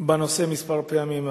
בנושא כמה פעמים.